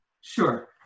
Sure